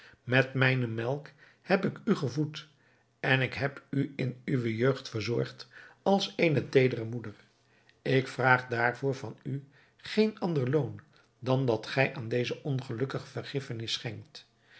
met mijne melk heb ik u gevoed en ik heb u in uwe jeugd verzorgd als eene teedere moeder ik vraag daarvoor van u geen ander loon dan dat gij aan deze ongelukkige vergiffenis schenkt